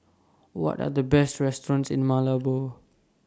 What Are The Best restaurants in Malabo